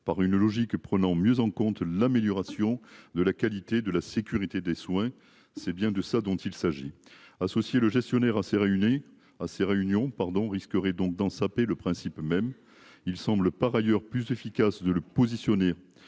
par une logique prenant mieux en compte l'amélioration de la qualité de la sécurité des soins. C'est bien de ça dont il s'agit. Associer le gestionnaire à s'est réunis à ces réunions pardon risquerait donc d'en saper le principe même, il semble par ailleurs plus efficace de le positionner